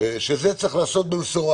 שזה צריך להיעשות במשורה